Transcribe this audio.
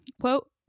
Quote